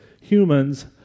humans